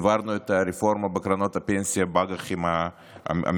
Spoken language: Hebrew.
העברנו את הרפורמה בקרנות הפנסיה באג"ח המיועדות,